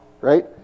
right